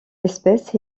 espèce